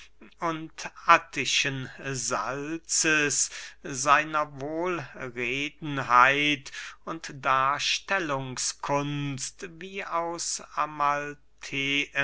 und attischen salzes seiner wohlredenheit und darstellungskunst wie aus